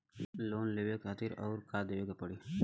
Loan लेवे खातिर अउर का देवे के पड़ी?